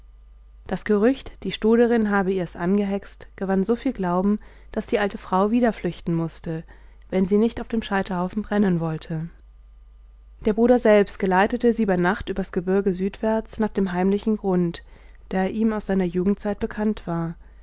das gerücht die stoderin habe ihr's angehext gewann so viel glauben daß die alte frau wieder flüchten mußte wenn sie nicht auf dem scheiterhaufen brennen wollte der bruder selbst geleitete sie bei nacht übers gebirge südwärts nach dem heimlichen grund der ihm aus seiner jugendzeit bekannt war